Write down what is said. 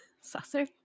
Saucer